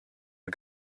are